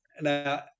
now